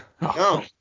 No